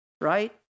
right